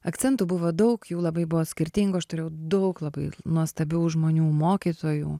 akcentų buvo daug jų labai buvo skirtingų aš turėjau daug labai nuostabių žmonių mokytojų